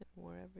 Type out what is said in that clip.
wherever